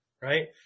right